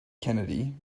kennedy